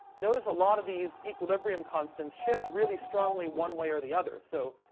notice a lot of these equilibrium constants shift really strongly one way or the other. so,